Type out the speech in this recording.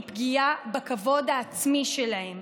היא פגיעה בכבוד העצמי שלהם.